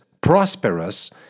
prosperous